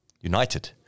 United